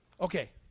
Okay